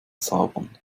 zaubern